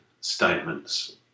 statements